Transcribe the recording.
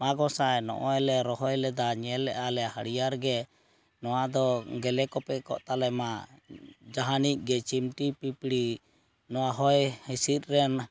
ᱢᱟ ᱜᱚᱸᱥᱟᱭ ᱱᱚᱜᱼᱚᱭ ᱞᱮ ᱨᱚᱦᱚᱭ ᱞᱮᱫᱟ ᱧᱮᱞᱮᱫᱟᱞᱮ ᱦᱟᱲᱭᱟᱨ ᱜᱮ ᱱᱚᱣᱟ ᱫᱚ ᱜᱮᱞᱮ ᱠᱚᱯᱮ ᱠᱚᱜ ᱛᱟᱞᱮᱢᱟ ᱡᱟᱦᱟᱱᱤᱡ ᱜᱮ ᱡᱤᱱᱛᱤ ᱯᱤᱯᱲᱤ ᱱᱚᱣᱟ ᱦᱚᱭ ᱦᱤᱸᱥᱤᱫ ᱨᱮᱱ